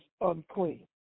unclean